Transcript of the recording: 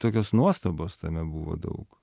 tokios nuostabos tame buvo daug